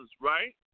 right